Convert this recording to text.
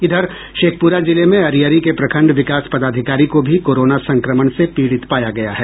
इधर शेखपुरा जिले में अरियरी के प्रखंड विकास पदाधिकारी को भी कोरोना संक्रमण से पीड़ित पाया गया है